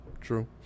true